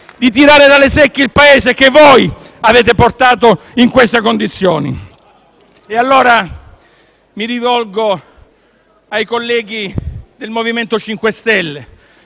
di tirare dalle secche il Paese che voi avete portato in queste condizioni. Allora mi rivolgo ai colleghi del MoVimento 5 Stelle